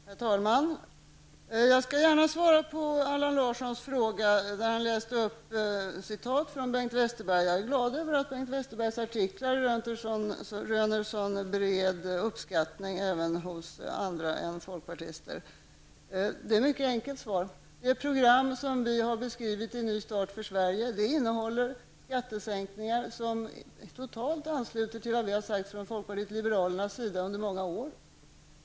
Herr talman! Jag skall gärna svara på Allan Larssons fråga i anslutning till ett citat av Bengt Westerberg. Jag är glad över att Bengt Westerbergs artiklar röner sådan bred uppskattning även hos andra än folkpartister. Svaret är mycket enkelt. Det program som vi har beskrivit i Ny start för Sverige innehåller skattesänkningar som totalt ansluter till vad vi har sagt från folkpartiet liberalernas sida under många år.